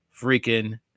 freaking